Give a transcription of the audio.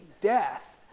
death